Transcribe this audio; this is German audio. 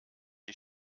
die